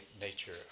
nature